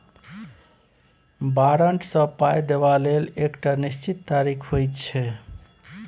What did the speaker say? बारंट सँ पाइ देबा लेल एकटा निश्चित तारीख होइ छै